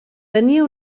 tenia